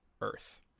Earth